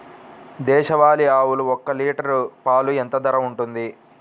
దేశవాలి ఆవులు ఒక్క లీటర్ పాలు ఎంత ధర ఉంటుంది?